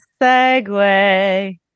segue